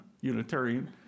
Unitarian